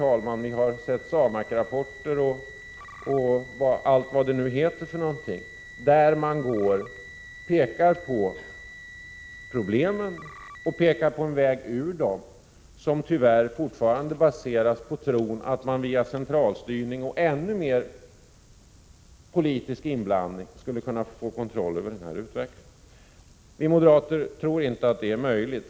Vi har fått t.ex. SAMAK-rapporten, där man pekar på problemen och pekar på en väg ur dem, som tyvärr fortfarande baseras på tron att man via centralstyrning och ännu mer politisk inblandning skulle få kontroll över utvecklingen. Vi moderater tror inte att det är möjligt.